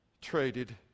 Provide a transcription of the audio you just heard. traded